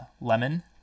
Lemon